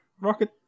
rocket